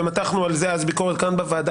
ומתחנו על זה אז ביקורת כאן בוועדה,